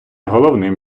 головним